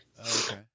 okay